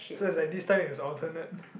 so is like this time is alternate